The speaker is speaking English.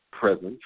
Presence